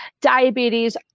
diabetes